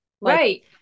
Right